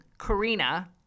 Karina